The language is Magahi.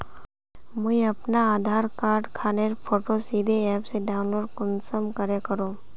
मुई अपना आधार कार्ड खानेर फोटो सीधे ऐप से डाउनलोड कुंसम करे करूम?